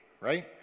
right